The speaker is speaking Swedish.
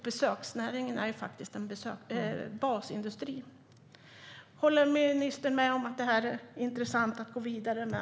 Besöksnäringen är ju en basindustri i Sverige. Håller ministern med om att detta är intressant att gå vidare med?